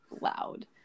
loud